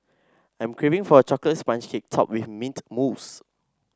I am craving for a chocolate sponge cake topped with mint mousse